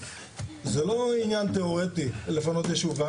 זה לא עניין תיאורטי לפנות ישוב.